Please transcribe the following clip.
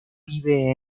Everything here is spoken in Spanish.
vive